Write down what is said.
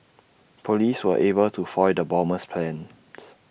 Police were able to foil the bomber's plans